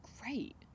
great